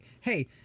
hey